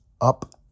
up